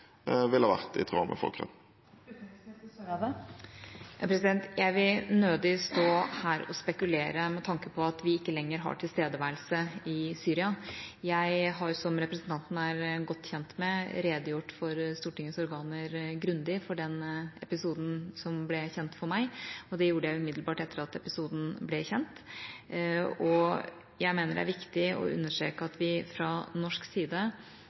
vil nødig stå her og spekulere, med tanke på at vi ikke lenger har tilstedeværelse i Syria. Jeg har, som representanten er godt kjent med, redegjort grundig for Stortingets organer for den episoden som ble kjent for meg, og det gjorde jeg umiddelbart etter at episoden ble kjent. Jeg mener det er viktig å understreke at vi fra norsk side